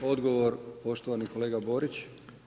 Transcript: Odgovor poštovani kolega Borić.